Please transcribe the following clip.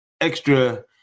extra